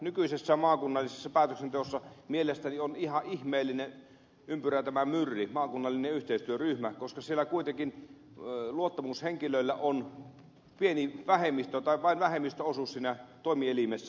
nykyisessä maakunnallisessa päätöksenteossa mielestäni on ihan ihmeellinen ympyrä esimerkiksi tämä myr maakunnallinen yhteistyöryhmä koska siellä kuitenkin luottamushenkilöillä on vain vähemmistöosuus siinä toimielimessä